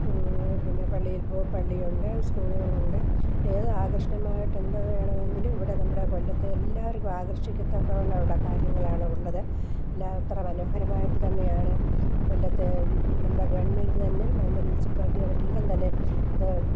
പിന്നെ പള്ളിയിൽ പോ പള്ളി ഉണ്ട് സ്കൂളുകൾ ഉണ്ട് ഏത് ആകർഷണീയമായിട്ട് എന്തോ വേണമെങ്കിലും ഇവിടെ നമ്മുടെ കൊല്ലത്ത് എല്ലാവർക്കും ആകർഷിക്ക തക്ക വണ്ണമുള്ള കാര്യങ്ങളാണ് ഉള്ളത് എല്ലാം എത്ര മനോഹരമായിട്ട് തന്നെയാണ് കൊല്ലത്ത് നമ്മുടെ ഗവണ്മെൻറ് തന്നെ പിന്നെ മുനിസിപ്പാലിറ്റി അവരെല്ലാം തന്നെ അത്